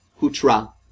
hutra